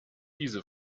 diese